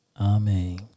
Amen